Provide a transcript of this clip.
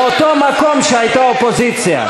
באותו מקום שהייתה האופוזיציה.